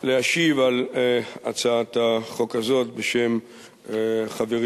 להשיב על הצעת החוק הזאת בשם חברי